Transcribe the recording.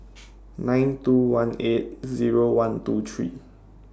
nine two one eight Zero one two three